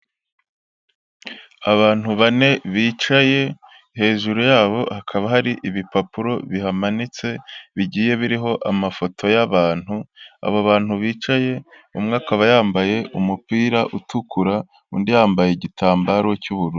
Abantu bane bicaye, hejuru yabo hakaba hari ibipapuro bihamanitse bigiye biriho amafoto y'abantu, abo bantu bicaye, umwe akaba yambaye umupira utukura, undi yambaye igitambaro cy'ubururu.